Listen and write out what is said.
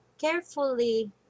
carefully